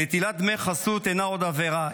נטילת דמי חסות אינה עוד עבירה.